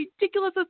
ridiculous